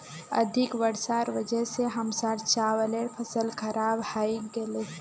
अधिक वर्षार वजह स हमसार चावलेर फसल खराब हइ गेले